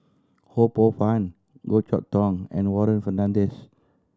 Ho Poh Fun Goh Chok Tong and Warren Fernandez